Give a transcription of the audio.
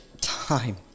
time